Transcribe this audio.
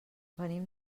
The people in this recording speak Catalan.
venim